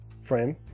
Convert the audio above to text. frame